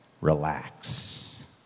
relax